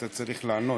אתה צריך לענות,